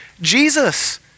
Jesus